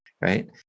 right